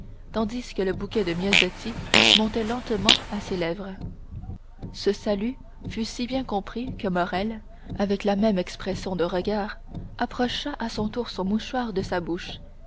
tandis que le bouquet de myosotis montait lentement à ses lèvres ce salut fut si bien compris que morrel avec la même expression de regard approcha à son tour son mouchoir de sa bouche